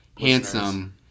handsome